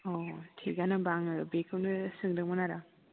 अ थिगानो होमब्ला आङो बेखौनो सोंदोंमोन आरो